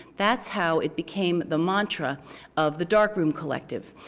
that's how it became the mantra of the darkroom collective,